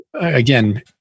again